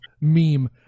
meme